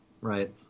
Right